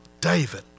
David